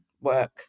work